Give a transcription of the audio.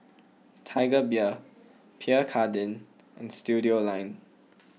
Tiger Beer Pierre Cardin and Studioline